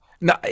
no